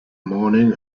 morning